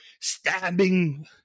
stabbing